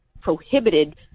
prohibited